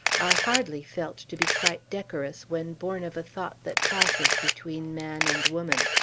are hardly felt to be quite decorous when born of a thought that passes between man and woman.